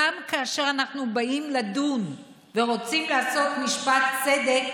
כאשר אנחנו באים לדון ורוצים לעשות משפט צדק,